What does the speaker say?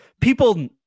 people